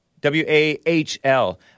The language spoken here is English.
W-A-H-L